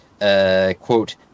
Quote